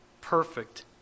perfect